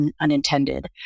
unintended